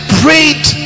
prayed